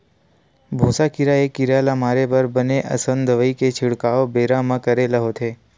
भूसा कीरा ए कीरा ल मारे बर बने असन दवई के छिड़काव बेरा म करे ले होथे